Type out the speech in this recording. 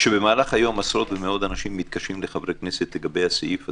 כשבמהלך היום עשרות ומאות אנשים מתקשרים לחברי כנסת לגבי הסעיף הזה,